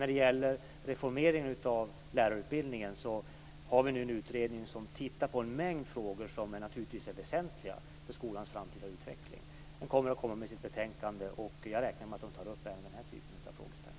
När det gäller reformeringen av lärarutbildningen har vi nu en utredning som tittar på en mängd frågor som är väsentliga för skolans framtida utveckling. Den kommer att komma med ett betänkande, och jag räknar med att den tar upp även den här typen av frågeställningar.